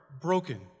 broken